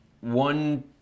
one